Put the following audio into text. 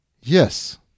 Yes